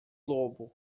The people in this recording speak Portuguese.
lobo